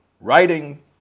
writing